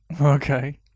Okay